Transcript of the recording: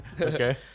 Okay